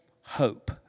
hope